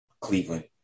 Cleveland